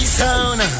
sound